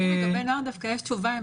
לגבי נוער דווקא יש תשובה.